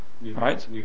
Right